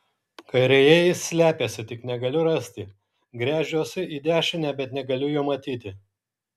kairėje jis slepiasi tik negaliu rasti gręžiuosi į dešinę bet negaliu jo matyti